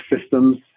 systems